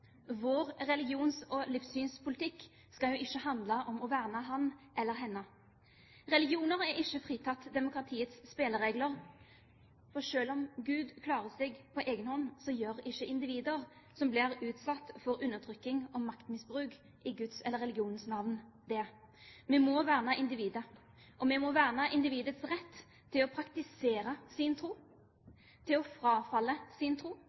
Vår religions- og livssynspolitikk skal jo ikke handle om å verne ham eller henne. Religioner er ikke fritatt for demokratiets spilleregler. Selv om Gud klarer seg på egen hånd, gjør ikke individer som blir utsatt for undertrykking og maktmisbruk i Guds eller religionens navn, det. Vi må verne individet, og vi må verne individets rett til å praktisere sin tro, til å frafalle sin tro